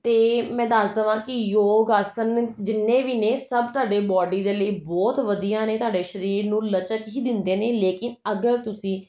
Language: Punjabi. ਅਤੇ ਮੈਂ ਦੱਸ ਦੇਵਾਂ ਕਿ ਯੋਗ ਆਸਨ ਜਿੰਨੇ ਵੀ ਨੇ ਸਭ ਤੁਹਾਡੇ ਬਾਡੀ ਦੇ ਲਈ ਬਹੁਤ ਵਧੀਆ ਨੇ ਤੁਹਾਡੇ ਸਰੀਰ ਨੂੰ ਲਚਕ ਹੀ ਦਿੰਦੇ ਨੇ ਲੇਕਿਨ ਅਗਰ ਤੁਸੀਂ